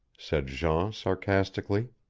said jean sarcastically.